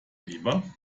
lieber